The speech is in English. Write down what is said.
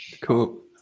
cool